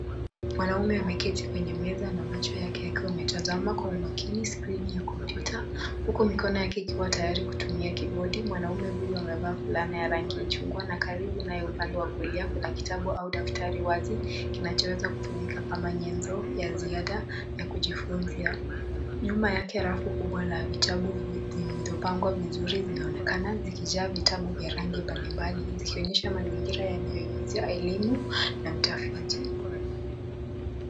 Mwanaume ameketi kwenye meza na macho yake yakiwa yametazama kwa makini skrini ya kompyuta huku mikono yake ikiwa tayari kutumia kibodi. Mwanaume huyu amevaa fulana ya rangi ya chungwa na karibu naye upande wa kulia kuna kitabu au daftari wazi kinachoweza kutumika kama nyenzo ya ziada ya kujifunzia. Nyuma yake rafu kubwa la vitabu zilizopangwa vizuri zinaonekana zikijaa vitabu vya rangi mbalimbali zikionyesha mazingira yanayoinizia elimu na utafiti.